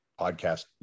podcast